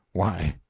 why,